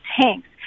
tanks